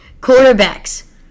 quarterbacks